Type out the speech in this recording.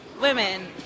women